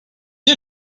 est